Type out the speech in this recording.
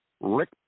Rick